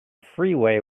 freeway